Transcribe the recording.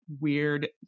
weird